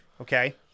Okay